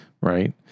Right